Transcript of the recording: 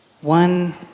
one